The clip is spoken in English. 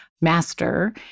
master